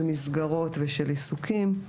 אולי, של מסגרות ושל עיסוקים.